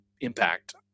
impact